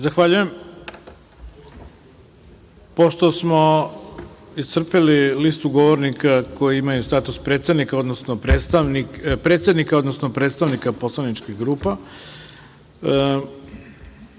Zahvaljujem. Pošto smo iscrpeli listu govornika koji imaju status predsednika, odnosno predstavnika poslaničkih grupa,